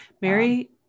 Mary